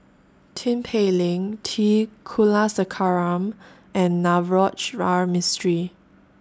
Tin Pei Ling T Kulasekaram and Navroji R Mistri